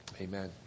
Amen